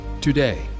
Today